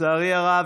לצערי הרב,